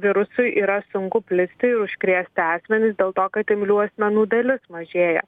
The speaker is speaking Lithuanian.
virusui yra sunku plisti ir užkrėsti samenis dėl to kad imlių asmenų dalis mažėja